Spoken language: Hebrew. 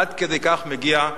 עד כדי כך מגיעה